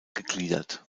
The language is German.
gegliedert